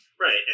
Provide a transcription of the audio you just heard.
Right